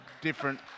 different